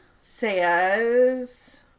says